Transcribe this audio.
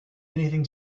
anything